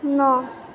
ନଅ